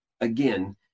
again